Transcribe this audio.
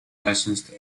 licensed